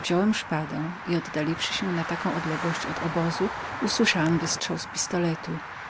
wziąłem szpadę i gdy oddaliłem się o tę prawie odległość od obozu usłyszałem wystrzał z pistoletu